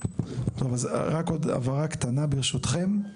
אז רק עוד הבהרה קטנה, ברשותכם.